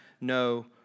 no